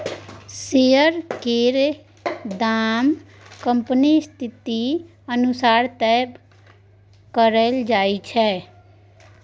share केर दाम कंपनीक स्थिति अनुसार तय कएल जाइत छै